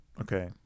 Okay